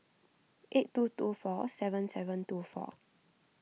eight two two four seven seven two four